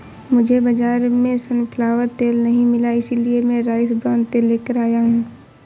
मुझे बाजार में सनफ्लावर तेल नहीं मिला इसलिए मैं राइस ब्रान तेल लेकर आया हूं